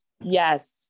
Yes